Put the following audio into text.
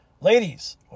Ladies